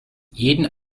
jeden